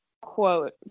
Quote